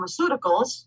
pharmaceuticals